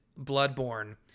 Bloodborne